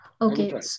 Okay